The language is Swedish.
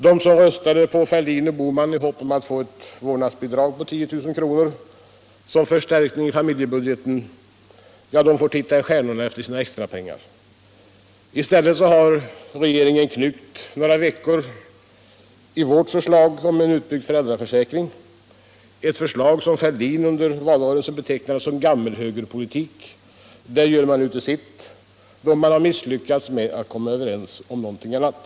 De som röstade på Fälldin och Bohman i hopp om att få eut vårdnadsbidrag på 10 000 kr. som förstärkning i familjebudgeten får titta i stjärnorna efter sina extrapengar. I stället har regeringen ”knyckt” några veckor i vårt förslag om en utbyggd föräldraförsäkring, ett förslag som Fälldin under valrörelsen betecknade som ”gammelhögerpolitik”. Det gör man nu till sitt, då man misslyckas med att komma Överens om någonting annat.